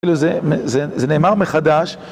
זה נאמר מחדש